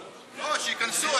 לא, שייכנסו.